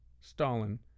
Stalin